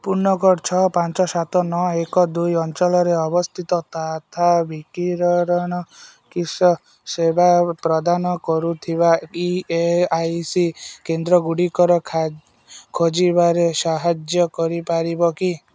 ପୂର୍ଣ୍ଣଗଛ ପାଞ୍ଚ ସାତ ନଅ ଏକ ଦୁଇ ଅଞ୍ଚଳରେ ଅବସ୍ଥିତ ତଥା ବିକିରଣ କିସ ସେବା ପ୍ରଦାନ କରୁଥିବା ଇ ଏସ୍ ଆଇ ସି କେନ୍ଦ୍ରଗୁଡ଼ିକ ଖୋଜିବାରେ ସାହାଯ୍ୟ କରିପାରିବ କି